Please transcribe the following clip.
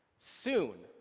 soon,